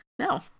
No